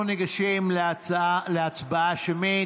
אנחנו ניגשים להצבעה שמית.